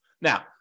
Now